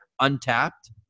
untapped